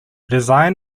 design